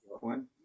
one